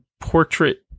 portrait